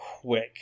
quick